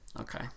Okay